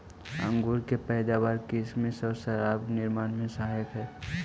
अंगूर के पैदावार किसमिस आउ शराब निर्माण में सहायक हइ